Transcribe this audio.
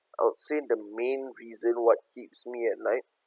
I would say the main reason what keeps me at night